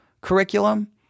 curriculum